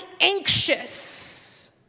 anxious